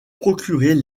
procurer